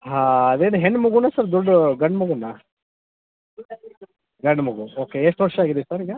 ಹಾಂ ಅದೇನು ಹೆಣ್ಣು ಮಗುನ ಸರ್ ದೊಡ್ಡ ಗಂಡು ಮಗುನ ಗಂಡು ಮಗು ಓಕೆ ಎಷ್ಟು ವರ್ಷ ಆಗಿದೆ ಸರ್ ಈಗ